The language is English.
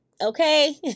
okay